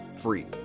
free